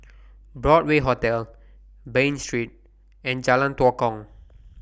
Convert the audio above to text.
Broadway Hotel Bain Street and Jalan Tua Kong